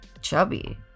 chubby